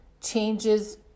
changes